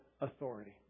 authority